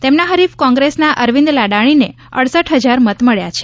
તેમના હરીફ કોંગ્રેસના અરવિંદ લાડાણીને હટ હજાર મત મળ્યા છે